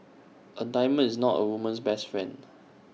A diamond is not A woman's best friend